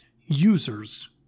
users